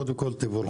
קודם כול תבורכו,